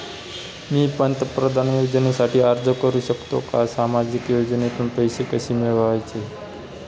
मी पंतप्रधान योजनेसाठी अर्ज करु शकतो का? सामाजिक योजनेतून पैसे कसे मिळवायचे